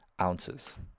ounces